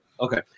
Okay